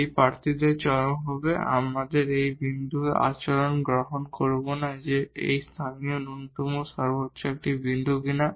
এই ক্যান্ডিডেডদেরকে এক্সট্রিমা হবে আমরা এই বিন্দুর আচরণ গণনা করব না যে এটি লোকাল ম্যাক্সিমা এবং লোকাল মিনিমা একটি বিন্দু কিনা